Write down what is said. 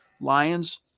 Lions